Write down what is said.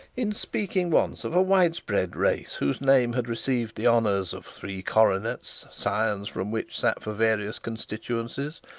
in speaking once of a wide spread race whose name had received the honours of three coronets, scions from which sat for various constituencies,